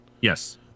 Yes